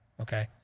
Okay